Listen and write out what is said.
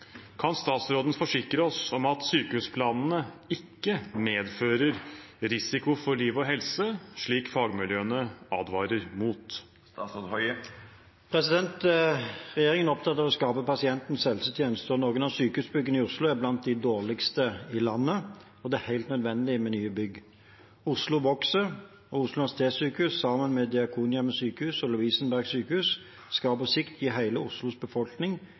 Kan statsråden forsikre oss om at sykehusplanene ikke medfører risiko for liv og helse, slik fagmiljøene advarer mot?» Regjeringen er opptatt av å skape pasientenes helsetjeneste. Noen av sykehusbyggene i Oslo er blant de dårligste i landet, og det er helt nødvendig med nye bygg. Oslo vokser, og Oslo universitetssykehus, sammen med Diakonhjemmet sykehus og Lovisenberg sykehus, skal på sikt gi hele Oslos befolkning